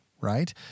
right